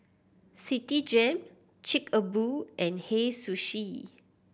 Citigem Chic a Boo and Hei Sushi